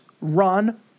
run